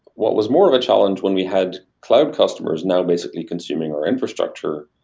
what was more of a challenge when we had cloud customers now basically consuming our infrastructure,